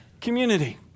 community